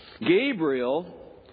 Gabriel